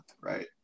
right